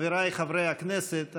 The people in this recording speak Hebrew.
חבריי חברי הכנסת,